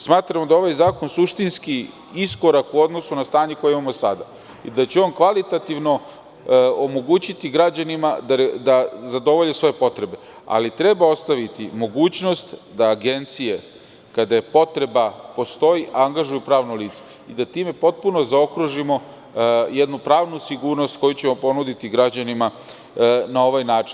Smatramo da je ovaj zakon suštinski iskorak u odnosu na stanje koje imamo sada i da će on kvalitativno omogućiti građanima da zadovolje svoje potrebe, ali treba ostaviti mogućnost da agencije kada je potreba angažuju pravno lice i da time potpuno zaokružimo jednu pravnu sigurnost koju ćemo ponuditi građanima na ovaj način.